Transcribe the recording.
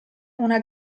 una